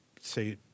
say